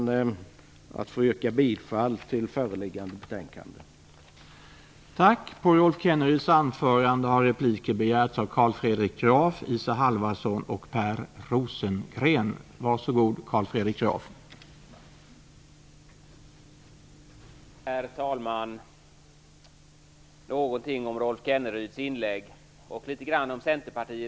Jag ber att få yrka bifall till föreliggande hemställan i betänkandet.